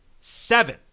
seven